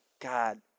God